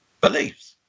beliefs